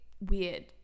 weird